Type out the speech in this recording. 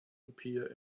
appear